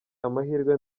amahirwe